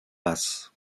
passent